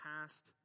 past